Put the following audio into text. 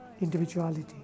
individuality